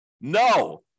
No